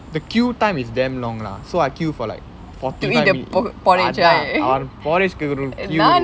the queue time is damn long lah so I queue for like forty five minute அதான்:athaan porridge ஒறு:oru queue